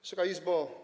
Wysoka Izbo!